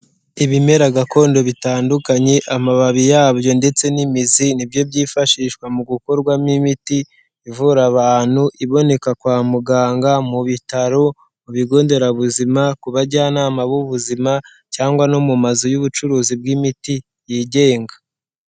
Ibimera gakondo bitandukanye, amababi yabyo ndetse n'imizi ni byo byifashishwa mu gukorwamo imiti ivura abantu, iboneka kwa muganga, mu bitaro, mu bigo nderabuzima, ku bajyanama b'ubuzima cyangwa no mu mazu y'ubucuruzi bw'imiti yigenga.